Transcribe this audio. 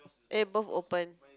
eh both open